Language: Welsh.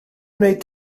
wneud